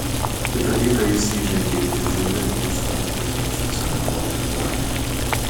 kitą rytą jis įžengė į didžiulę hjustono piliečių centro auditoriją